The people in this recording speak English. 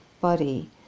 body